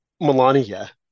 Melania